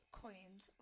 coins